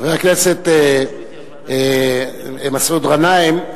חבר הכנסת מסעוד גנאים,